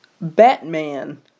Batman